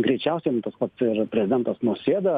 greičiausiai nu tas pats ir prezidentas nausėda